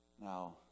Now